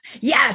Yes